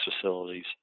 facilities